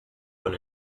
con